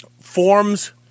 forms